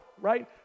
right